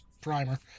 primer